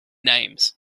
names